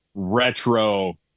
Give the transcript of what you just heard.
retro